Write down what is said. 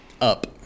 Up